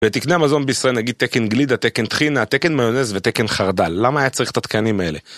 ותקנה מזון בישראל נגיד תקן גלידה, תקן טחינה, תקן מיונס ותקן חרדל. למה היה צריך את התקנים האלה?